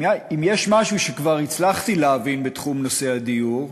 אם יש משהו שכבר הצלחתי להבין בנושא הדיור,